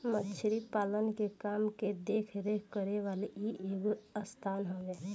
मछरी पालन के काम के देख रेख करे वाली इ एगो संस्था हवे